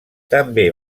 també